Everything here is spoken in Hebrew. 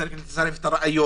צריך לצרף ראיות,